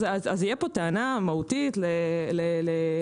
תהיה כאן טענה מהותית לאזרח.